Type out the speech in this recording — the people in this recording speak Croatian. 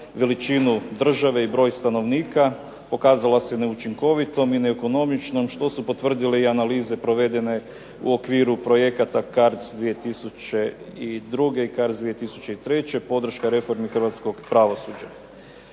veličinu države i broj stanovnika, pokazala se neučinkovitom i neekonomičnom što su potvrdile i analize provedene u okviru projekata CARDS 20002, CARDS 2003. podrška reformi hrvatskog pravosuđa.